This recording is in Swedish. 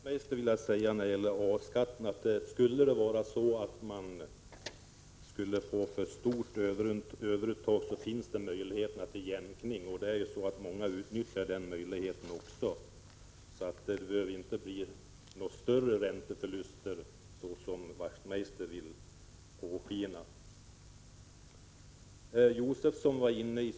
Herr talman! Till Knut Wachtmeister vill jag säga när det gäller A-skatten att det finns möjlighet till jämkning för den som vill undvika ett stort överuttag, och många utnyttjar den möjligheten. Det behöver alltså inte bli några större ränteförluster, vilket Wachtmeister låter påskina att det blir.